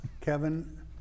kevin